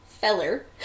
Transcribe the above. feller